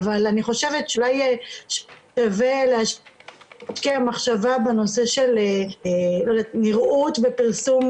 אבל אני חושבת שאולי שווה להשקיע מחשבה בנושא של נראות ופרסום